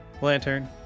Lantern